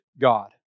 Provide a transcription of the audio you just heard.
God